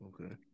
Okay